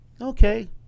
Okay